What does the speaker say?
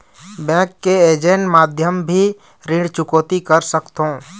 Bank के agent माध्यम भी ऋण चुकौती कर सकथों?